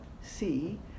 see